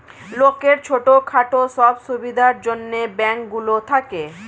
লোকের ছোট খাটো সব সুবিধার জন্যে ব্যাঙ্ক গুলো থাকে